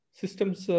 systems